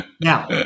Now